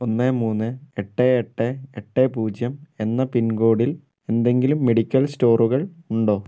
ഒന്ന് മൂന്ന് എട്ട് എട്ട് എട്ട് പൂജ്യം എന്ന പിൻകോഡിൽ എന്തെങ്കിലും മെഡിക്കൽ സ്റ്റോറുകൾ ഉണ്ടോ